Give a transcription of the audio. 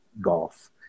golf